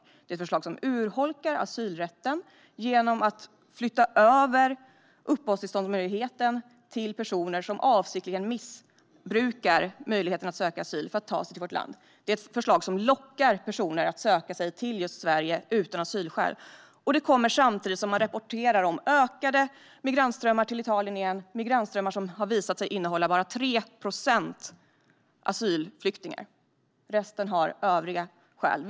Det är ett förslag som urholkar asylrätten genom att möjligheten att få uppehållstillstånd flyttas över till personer som avsiktligen missbrukar möjligheten att söka asyl för att ta sig till vårt land. Det är ett förslag som lockar personer utan asylskäl att söka sig till just Sverige. Det kommer samtidigt som man rapporterar om ökade migrantströmmar till Italien igen, migrantströmmar som har visat sig bestå av bara 3 procent asylflyktingar. Resten har övriga skäl.